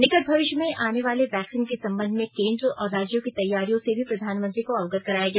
निकट भविष्य में आने वाले वैक्सीन के संबंध में केन्द्र और राज्यों की तैयारियों से भी प्रधानमंत्री को अवगत कराया गया